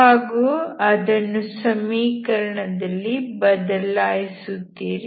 ಹಾಗೂ ಅದನ್ನು ಸಮೀಕರಣದಲ್ಲಿ ಬದಲಾಯಿಸುತ್ತೀರಿ